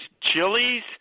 chilies